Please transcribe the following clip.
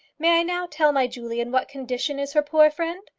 may i now tell my julie in what condition is her poor friend?